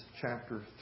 chapter